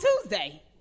Tuesday